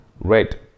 red